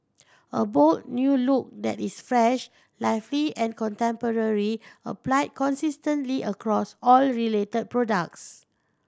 a bold new look that is fresh lively and contemporary applied consistently across all related products